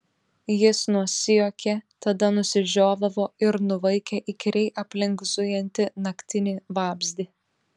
jis nusijuokė tada nusižiovavo ir nuvaikė įkyriai aplink zujantį naktinį vabzdį